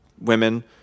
women